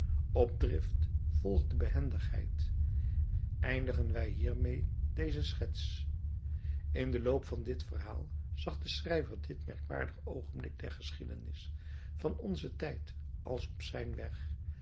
op drift volgde behendigheid eindigen wij hiermee deze schets in den loop van dit verhaal zag de schrijver dit merkwaardig oogenblik der geschiedenis van onzen tijd als op zijn weg